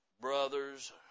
brothers